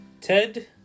Ted